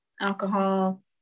alcohol